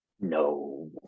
No